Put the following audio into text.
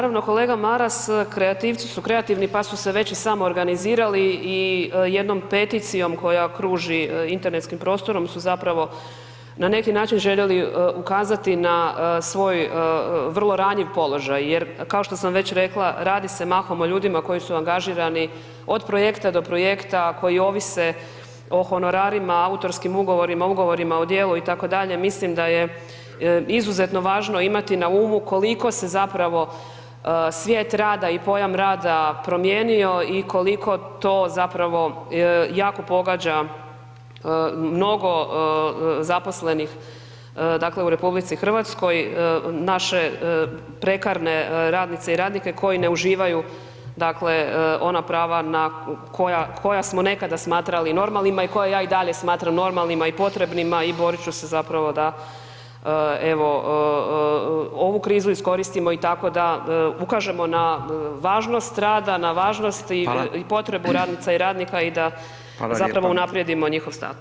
Naravno kolega Maras, kreativci su kreativni pa su se već i samoorganizirali i jednom peticijom koja kruži internetskim prostorom su zapravo na neki način željeli ukazati na svoj vrlo ranjiv položaj jer kao što sam već rekla, radi se mahom o ljudima koji su angažirani od projekta do projekta, koji ovise o honorarima, autorskim ugovorima, ugovorima o djelu itd., mislim da je izuzetno važno imati na umu koliko se zapravo svijet rada i pojam rada promijenio i koliko to zapravo jako pogađa mnogo zaposlenih dakle u RH, naše prekarne radnice i radnike koji ne uživaju dakle ona prava na koja smo nekada smatrali normalnima i koja ja i dalje smatram normalnima i potrebnima i borit ću se zapravo da evo ovu krizu iskoristimo i tako da ukažemo na važnost rada, na važnost i potrebu radnica i radnika i da zapravo unaprijedimo njihov status.